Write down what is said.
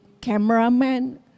cameraman